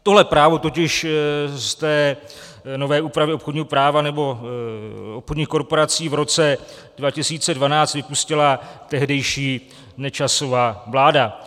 Tohle právo totiž z té nové úpravy obchodního práva nebo obchodních korporací v roce 2012 vypustila tehdejší Nečasova vláda.